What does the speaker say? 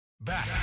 Back